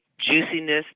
juiciness